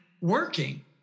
working